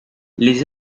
les